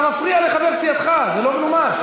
אתה מפריע לחבר סיעתך, זה לא מנומס.